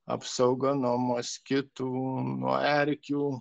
apsauga nuo moskitų nuo erkių